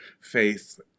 faith